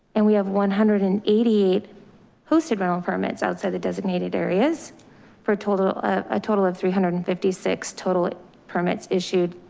and we have one hundred and eighty eight hosted rental permits outside the designated areas for total, a total of three hundred and fifty six. total permits issued.